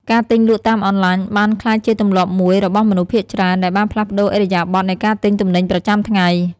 ការទិញលក់តាមអនឡាញបានក្លាយជាទម្លាប់មួយរបស់មនុស្សភាគច្រើន ដែលបានផ្លាស់ប្តូរឥរិយាបថនៃការទិញទំនិញប្រចាំថ្ងៃ។